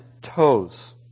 toes